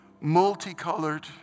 multicolored